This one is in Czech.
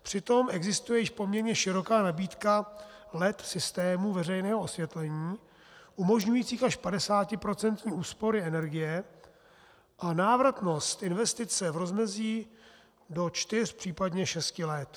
Přitom existuje již poměrně široká nabídka LED systémů veřejného osvětlení umožňujících až 50procentní úspory energie a návratnost investice v rozmezí do čtyř, případně šesti let.